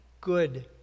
good